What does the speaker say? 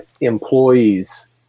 employees